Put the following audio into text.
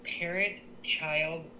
parent-child